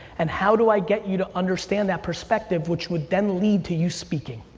and how do i get you to understand that perspective, which would then lead to you speaking?